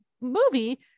movie